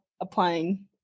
applying